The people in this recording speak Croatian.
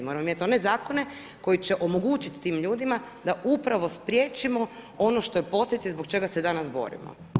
Moramo mijenjat one zakone koji će omogućit tim ljudima da upravo spriječimo ono što je posljedica i zbog čega se danas borimo.